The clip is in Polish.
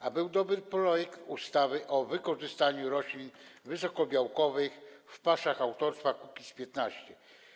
A był dobry projekt ustawy o wykorzystaniu roślin wysokobiałkowych w paszach autorstwa Kukiz’15.